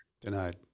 denied